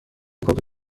کپی